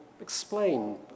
explain